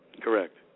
Correct